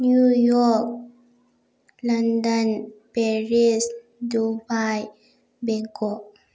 New York London Paris Dubai Bangkok